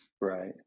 Right